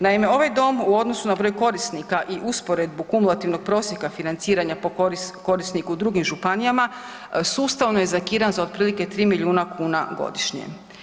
Naime, ovaj dom u odnosu na broj korisnika i usporedbu kumulativnog prosjeka financiranja po korisniku u drugim županijama sustavno je zakidan za otprilike 3 milijuna kuna godišnje.